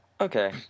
Okay